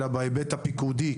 אלא בהיבט הפיקודי,